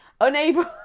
unable